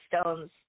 stones